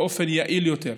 באופן יעיל יותר.